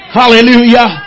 hallelujah